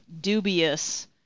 dubious